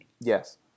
Yes